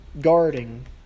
guarding